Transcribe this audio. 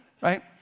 right